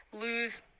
lose